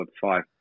five